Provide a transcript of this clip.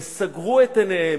הם סגרו את עיניהם,